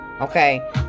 Okay